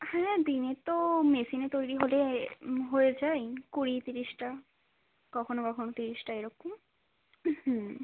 হ্যাঁ দিনে তো মেশিনে তৈরি হলে হয়ে যায় কুড়ি তিরিশটা কখনো কখনো তিরিশটা এরকম হুম